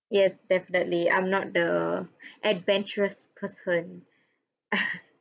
yes definitely I'm not the adventurous person